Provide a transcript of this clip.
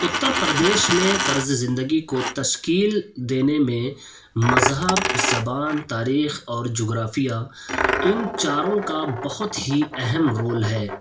اتّر پردیش میں طرز زندگی كو تشکیل دینے میں مذہب زبان تاریخ اور جغرافیہ ان چاروں کا بہت ہی اہم رول ہے